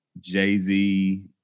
Jay-Z